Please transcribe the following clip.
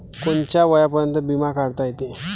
कोनच्या वयापर्यंत बिमा काढता येते?